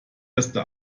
erste